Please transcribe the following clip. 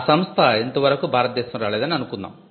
ఆ సంస్థ ఇంత వరకు భారత దేశం రాలేదని అనుకుందాం